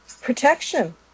protection